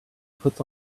puts